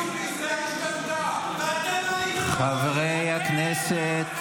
מלחמה, חברי הכנסת.